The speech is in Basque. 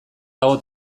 dago